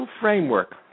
framework